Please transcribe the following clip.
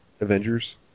Avengers